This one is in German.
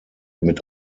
mit